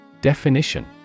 Definition